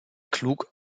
klug